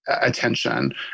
Attention